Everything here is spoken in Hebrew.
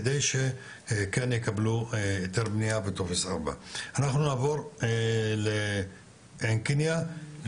כדי שכן יקבלו היתר בנייה וטופס 4. אנחנו נעבור לעין קנייא,